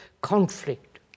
conflict